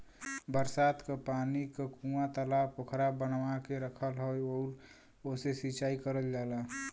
बरसात क पानी क कूंआ, तालाब पोखरा बनवा के रखल हौ आउर ओसे से सिंचाई करल जाला